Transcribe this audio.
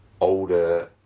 older